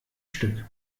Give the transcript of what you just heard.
stück